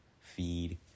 feed